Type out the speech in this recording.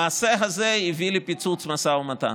המעשה הזה הביא לפיצוץ המשא ומתן,